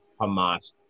Hamas